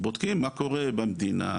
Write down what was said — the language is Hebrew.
בודקים מה קורה במדינה,